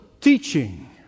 teaching